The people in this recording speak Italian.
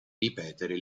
ripetere